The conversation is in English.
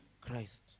Christ